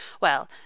Well